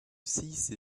cice